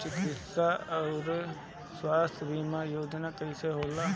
चिकित्सा आऊर स्वास्थ्य बीमा योजना कैसे होला?